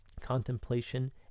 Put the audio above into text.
contemplation